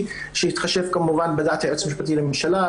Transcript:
שיתחשב כמובן בדעת היועץ המשפטי לממשלה,